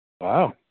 Wow